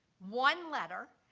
one letter,